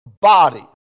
body